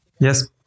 Yes